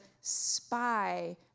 spy